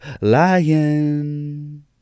lying